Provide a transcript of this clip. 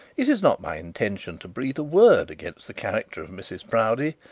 it is not my intention to breathe a word against the character of mrs proudie,